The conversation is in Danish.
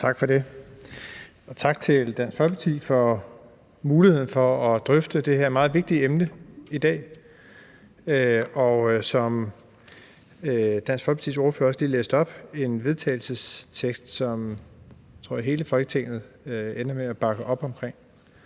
Tak for det. Tak til Dansk Folkeparti for muligheden for at drøfte det her meget vigtige emne i dag. Og som Dansk Folkepartis ordfører også lige læste op, er det et forslag til vedtagelse, som jeg tror hele Folketinget ender med at bakke op om.